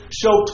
show